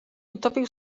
utopił